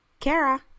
Kara